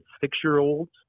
six-year-olds